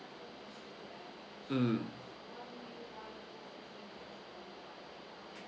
mm